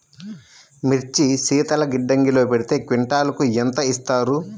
మిర్చి శీతల గిడ్డంగిలో పెడితే క్వింటాలుకు ఎంత ఇస్తారు?